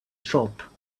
shop